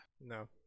No